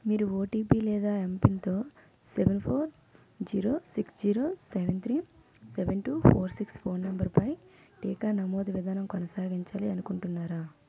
మీరు ఓటీపీ లేదా ఎంపిన్తో seven four zero six zero seven three seven two four six phone నంబర్పై టీకా నమోదు విధానం కొనసాగించాలి అనుకుంటున్నారా